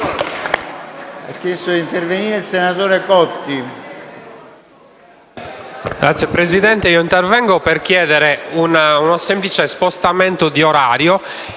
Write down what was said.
Signor Presidente, intervengo per chiedere un semplice spostamento di orario.